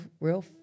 real